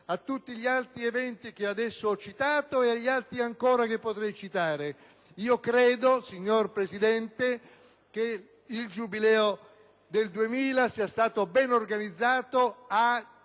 a tutti gli altri eventi che prima ho citato ed agli altri che potrei ancora citare. Credo, signor Presidente, che il Giubileo del 2000 sia stato ben organizzato a